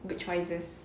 with choices